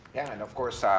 and of course, ah